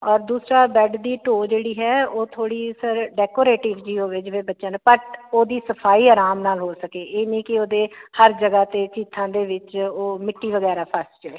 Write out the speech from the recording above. ਔਰ ਦੂਸਰਾ ਬੈੱਡ ਦੀ ਢੋਅ ਜਿਹੜੀ ਹੈ ਉਹ ਥੋੜ੍ਹੀ ਸਰ ਡੈਕੋਰੇਟਿਵ ਜੀ ਹੋਵੇ ਜਿਵੇਂ ਬੱਚਿਆਂ ਨੇ ਭੱਟ ਉਹਦੀ ਸਫਾਈ ਆਰਾਮ ਨਾਲ ਹੋ ਸਕੇ ਇਹ ਨਹੀਂ ਕਿ ਉਹਦੇ ਹਰ ਜਗ੍ਹਾ ਅਤੇ ਚੀਥਾਂ ਦੇ ਵਿੱਚ ਉਹ ਮਿੱਟੀ ਵਗੈਰਾ ਫਸ ਜਾਵੇ